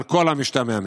על כל המשתמע מכך.